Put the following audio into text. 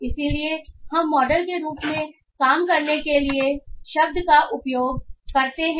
इसलिए हम मॉडल के रूप में काम करने के लिए शब्द का उपयोग करते हैं